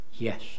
Yes